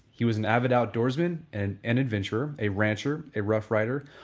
he was an avid outdoorsman, and an adventurer, a rancher, a rough writer,